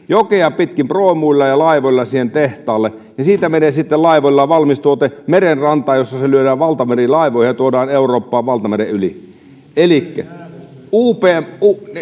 jokea pitkin proomuilla ja laivoilla sinne tehtaalle ja siitä menee sitten laivoilla valmis tuote merenrantaan jossa se lyödään valtamerilaivoihin ja tuodaan eurooppaan valtameren yli elikkä upm